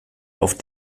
auf